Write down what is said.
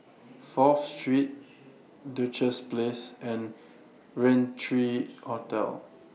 Fourth Street Duchess Place and Rain three Hotel